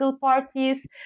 parties